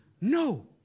No